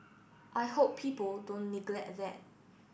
I hope people don't neglect that